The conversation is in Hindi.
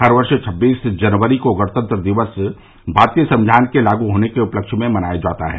हर वर्ष छब्बीस जनवरी को गणतंत्र दिवस भारतीय संक्घान के लागू होने के उपलक्ष्य में मनाया जाता है